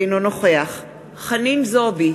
אינו נוכח חנין זועבי,